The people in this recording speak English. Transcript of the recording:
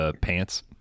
pants